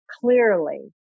clearly